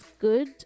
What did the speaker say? good